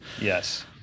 Yes